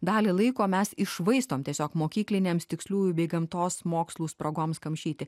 dalį laiko mes iššvaistom tiesiog mokyklinėms tiksliųjų bei gamtos mokslų spragoms kamšyti